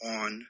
on